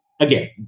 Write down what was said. again